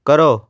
ਕਰੋ